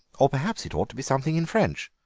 or, perhaps, it ought to be something in french.